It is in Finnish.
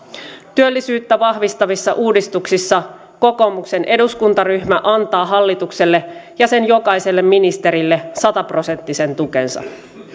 työllisyyttä vahvistavissa uudistuksissa kokoomuksen eduskuntaryhmä antaa hallitukselle ja sen jokaiselle ministerille sataprosenttisen tukensa